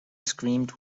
screamed